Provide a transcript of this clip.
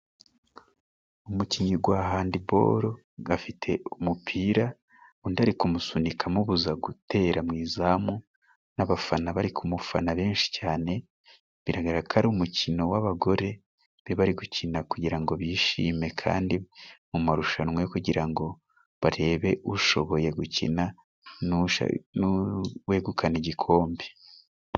Umukinnyi gwa handibalo gafite umupira undi ari kumusunika amubuza gutera mu izamu n'abafana bari kumufana benshi cyane biragaragara ko ari umukino w'abagore be bari gukina kugira ngo bishime kandi mu marushanwa kugira ngo barebe ushoboye gukina nuwegukana igikombe.